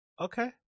Okay